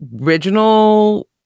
original